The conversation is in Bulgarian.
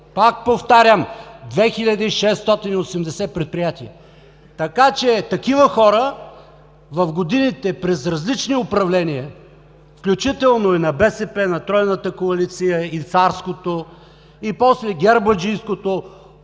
Пак повтарям: 2680 предприятия. Така че такива хора в годините, през различни управления, включително и на БСП, на Тройната коалиция и Царското, и после Гербаджийското